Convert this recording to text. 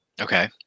okay